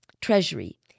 treasury